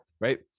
right